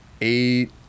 eight